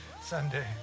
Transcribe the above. Sunday